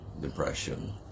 depression